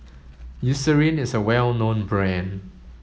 Eucerin is a well known brand